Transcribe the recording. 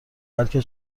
بلکه